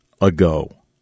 ago